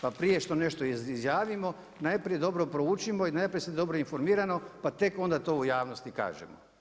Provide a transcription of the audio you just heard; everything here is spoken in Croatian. Pa prije što nešto izjavimo, najprije dobro proučimo i najprije se dobro informiramo, pa onda tek onda to u javnosti kažemo.